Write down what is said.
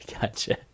Gotcha